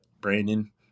Brandon